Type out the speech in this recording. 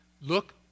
Look